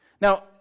Now